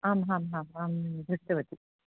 आम् अहं दृष्टवती